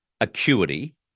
acuity